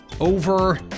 over